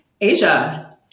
Asia